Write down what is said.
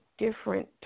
different